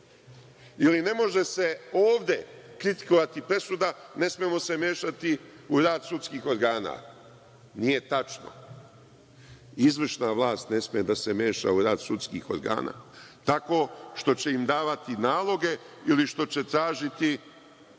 ili - ne može se ovde kritikovati presuda, ne smemo se mešati u rad sudskih organa. Nije tačno. Izvršna vlast ne sme da se meša u rad sudskih organa tako što će im davati naloge ili što će tražiti njihovu